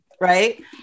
right